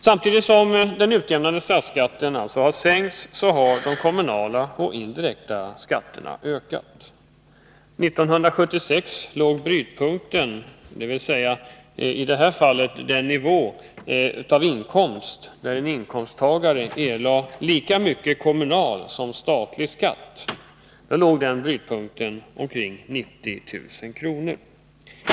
Samtidigt som den utjämnande statsskatten har sänkts har de kommunala och indirekta skatterna ökat. 1976 låg brytpunkten, dvs. i detta fall den inkomstnivå där en inkomsttagare erlade lika mycket kommunal som statlig skatt, vid omkring 90 000 kr.